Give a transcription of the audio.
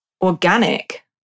organic